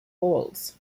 holds